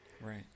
right